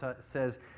says